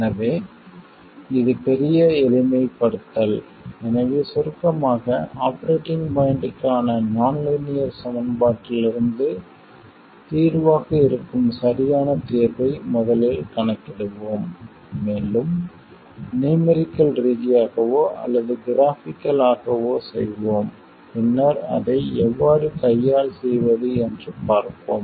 எனவே இது பெரிய எளிமைப்படுத்தல் எனவே சுருக்கமாக ஆபரேட்டிங் பாய்ண்ட்க்கான நான் லீனியர் சமன்பாட்டிலிருந்து தீர்வாக இருக்கும் சரியான தீர்வை முதலில் கணக்கிடுவோம் மேலும் நியூமெரிக்கல் ரீதியாகவோ அல்லது கிராஃப்பிக்கல் ஆகவோ செய்வோம் பின்னர் அதை எவ்வாறு கையால் செய்வது என்று பார்ப்போம்